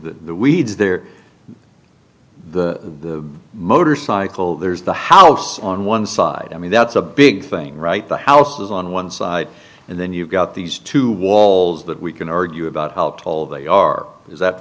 the weeds there the motorcycle there's the house on one side i mean that's a big thing right the house is on one side and then you've got these two walls that we can argue about helpful they are is that